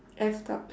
effed up